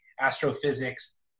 astrophysics